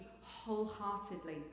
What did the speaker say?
wholeheartedly